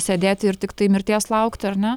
sėdėti ir tiktai mirties laukti ar ne